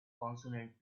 consonant